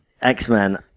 X-Men